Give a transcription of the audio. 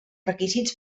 requisits